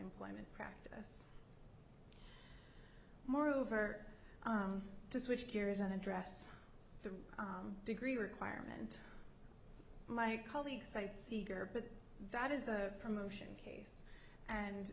employment practice moreover to switch gears and address the degree requirement my colleagues cite seger but that is a promotion case and